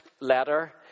letter